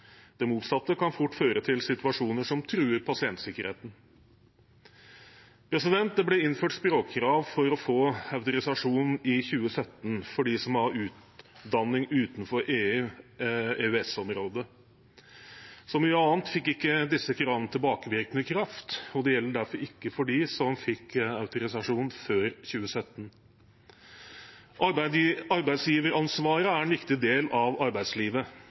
Det motsatte kan fort føre til situasjoner som truer pasientsikkerheten. Det ble innført språkkrav for å få autorisasjon i 2017 for dem som har utdanning utenfor EU/EØS-området. Som mye annet fikk ikke disse kravene tilbakevirkende kraft, og de gjelder derfor ikke for dem som fikk autorisasjon før 2017. Arbeidsgiveransvaret er en viktig del av arbeidslivet.